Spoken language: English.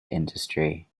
industry